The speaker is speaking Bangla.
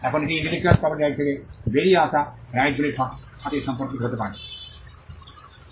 এখন এটি ইন্টেলেকচুয়াল প্রপার্টি থেকে বেরিয়ে আসা রাইট গুলির সাথে সম্পর্কিত হতে পারে